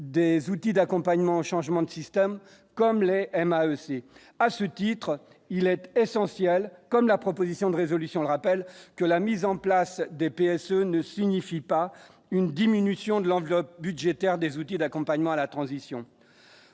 des outils d'accompagnement au changement de système, comme l'est M. c'est à ce titre, il est essentiel, comme la proposition de résolution le rappelle que la mise en place des PSE ne signifie pas une diminution de l'enveloppe budgétaire des outils d'accompagnement à la transition